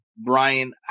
Brian